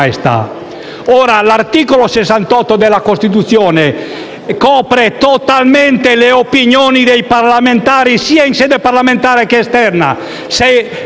Ora, l'articolo 68 della Costituzione copre totalmente le opinioni dei parlamentari sia in sede parlamentare che esterna,